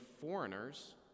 foreigners